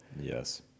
yes